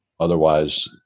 otherwise